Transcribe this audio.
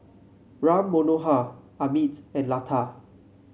Ram Manohar Amit and Lata